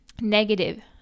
negative